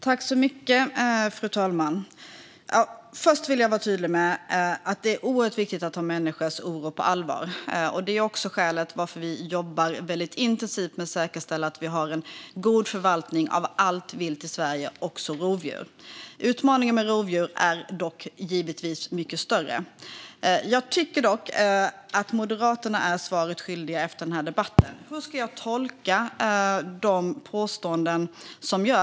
Fru talman! Först vill jag vara tydlig med att det är oerhört viktigt att ta människors oro på allvar. Det är skälet till att vi jobbar intensivt med att säkerställa att vi har en god förvaltning av allt vilt i Sverige, också rovdjur. Utmaningen med rovdjur är dock givetvis mycket större. Jag tycker att Moderaterna är svaret skyldiga efter den här debatten. Hur ska jag tolka de påståenden som görs?